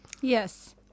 Yes